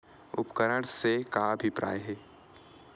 उपकरण से का अभिप्राय हे?